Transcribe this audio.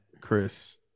Chris